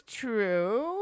true